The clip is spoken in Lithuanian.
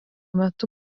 metu